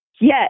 Yes